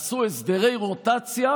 עשו הסדרי רוטציה,